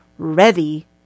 ready